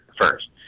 first